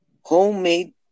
homemade